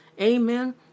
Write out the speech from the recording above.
Amen